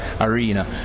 arena